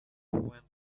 went